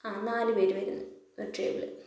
അതെ നാല് പേര് വരുന്ന ഒറ്റ ടേബിൾ